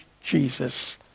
Jesus